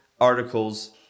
articles